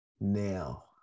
Now